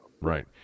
Right